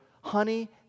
honey